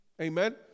Amen